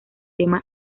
tema